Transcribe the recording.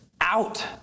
out